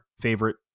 favorite